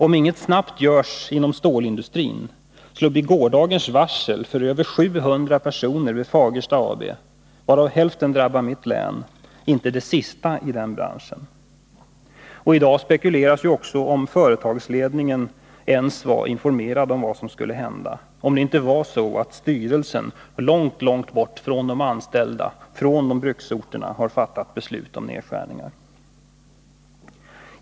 Om inget snabbt görs inom stålindustrin, så blir gårdagens varsel för över 700 personer vid Fagersta AB, varav hälften drabbar mitt län, inte det sista i den branschen. I dag spekuleras det också om företagsledningen ens var informerad om vad som skulle hända - om det inte var så att styrelsen, långt bort från de anställda i dessa bruksorter, har fattat beslut om nedskärningar.